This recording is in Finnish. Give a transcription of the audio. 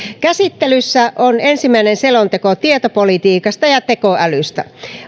käsittelyssä on ensimmäinen selonteko tietopolitiikasta ja ja tekoälystä